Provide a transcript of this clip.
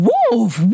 Wolf